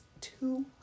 two